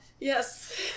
Yes